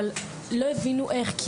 אבל לא הבינו איך,